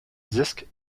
disques